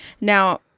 Now